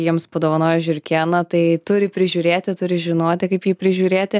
jiems padovanoja žiurkėną tai turi prižiūrėti turi žinoti kaip jį prižiūrėti